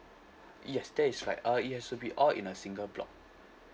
yes that is right uh it has to be all in a single block